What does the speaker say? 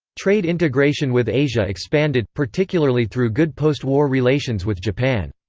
trade integration with asia expanded, particularly through good post-war relations with japan.